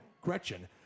Gretchen